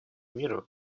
мира